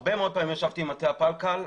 הרבה פעמים ישבתי עם מטה הפלקל,